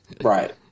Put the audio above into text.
Right